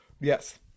Yes